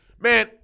man